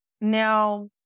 now